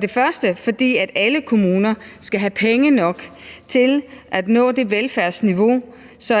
det første, fordi alle kommuner skal have penge nok til at nå et velfærdsniveau, så